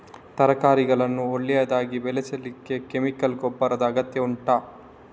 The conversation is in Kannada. ತರಕಾರಿಗಳನ್ನು ಒಳ್ಳೆಯದಾಗಿ ಬೆಳೆಸಲಿಕ್ಕೆ ಕೆಮಿಕಲ್ ಗೊಬ್ಬರದ ಅಗತ್ಯ ಉಂಟಾ